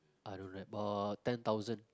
I don't re~ uh ten thousand